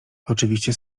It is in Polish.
oczywiście